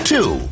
Two